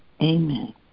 amen